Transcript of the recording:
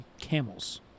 camels